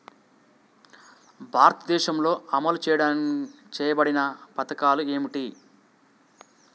భారతదేశంలో అమలు చేయబడిన పథకాలు ఏమిటి?